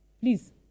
Please